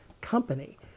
company